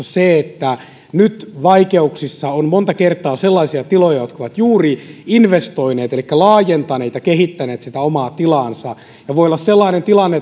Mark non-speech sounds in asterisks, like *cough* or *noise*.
*unintelligible* se että nyt vaikeuksissa on monta kertaa sellaisia tiloja jotka ovat juuri investoineet elikkä laajentaneet ja kehittäneet sitä omaa tilaansa voi olla sellainen tilanne *unintelligible*